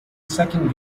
second